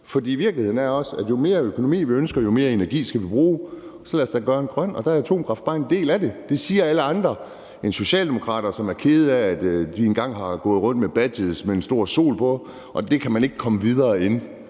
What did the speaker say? For virkeligheden er også, at jo mere økonomi, vi ønsker, jo mere energi skal vi bruge, og så lad os da gøre den grøn, og der er atomkraft bare en del af den. Det siger alle andre. Der er socialdemokrater, som er kede af, at de engang har gået rundt med badges med en stor sol på, og derfra kan man ikke komme videre.